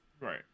Right